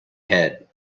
head